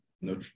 no